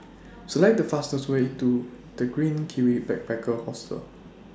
Select The fastest Way to The Green Kiwi Backpacker Hostel